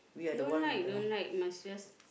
don't like don't like must just